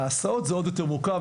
ההסעות זה עוד יותר מורכב.